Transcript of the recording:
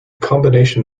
combination